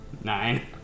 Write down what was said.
Nine